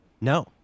No